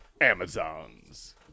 Amazons